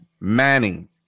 Manning